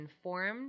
informed